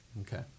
Okay